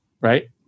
Right